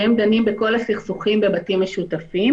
שהם דנים בכל הסכסוכים בבתים משותפים.